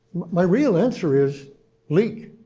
my real answer is leak.